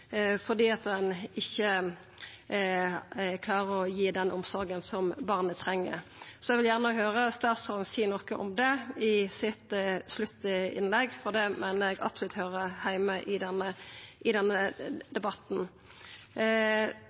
at ein ikkje klarer å gi den omsorga som barna treng. Så eg vil gjerne høyra statsråden seia noko om det i sitt sluttinnlegg, for det meiner eg absolutt høyrer heime i denne